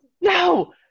No